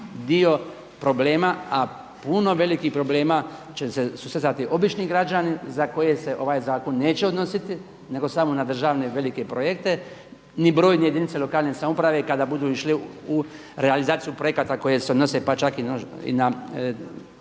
dio problema, a puno velikih problema će se susretati obični građani za koje se ovaj zakon neće odnositi nego samo na državne velike projekte, ni brojne jedinice lokalne samouprave kada budu ići u realizaciju projekata koje se nose pa čak i na